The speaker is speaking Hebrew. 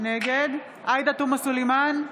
נגד עאידה תומא סלימאן,